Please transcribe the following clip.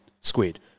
squid